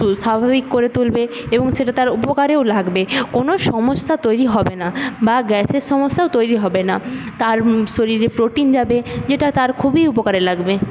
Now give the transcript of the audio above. স্বাভাবিক করে তুলবে এবং সেটা তার উপকারেও লাগবে কোন সমস্যা তৈরি হবে না বা গ্যাসের সমস্যাও তৈরি হবে না তার শরীরে প্রোটিন যাবে যেটা তার খুবই উপকারে লাগবে